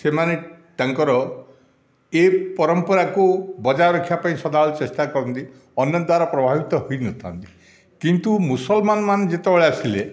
ସେମାନେ ତାଙ୍କର ଏ ପରମ୍ପରାକୁ ବଜାୟ ରଖିବାପାଇଁ ସଦାବେଳେ ଚେଷ୍ଟା କରନ୍ତି ଅନ୍ୟଦ୍ୱାରା ପ୍ରଭାବିତ ହୋଇନଥାନ୍ତି କିନ୍ତୁ ମୁସଲମାନ ମାନେ ଯେତେବେଳେ ଆସିଲେ